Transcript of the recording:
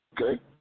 Okay